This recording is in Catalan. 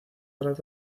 dret